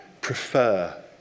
prefer